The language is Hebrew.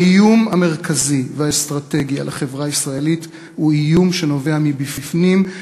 האיום המרכזי והאסטרטגי על החברה הישראלית הוא איום שנובע מבפנים,